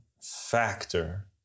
factor